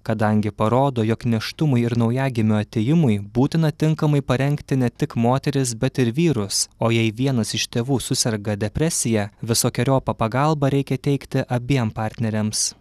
kadangi parodo jog nėštumui ir naujagimio atėjimui būtina tinkamai parengti ne tik moteris bet ir vyrus o jei vienas iš tėvų suserga depresija visokeriopą pagalbą reikia teikti abiem partneriams